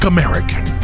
American